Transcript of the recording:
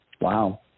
Wow